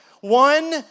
one